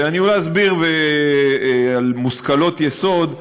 אולי אסביר על מושכלות יסוד,